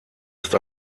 ist